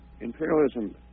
imperialism